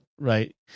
right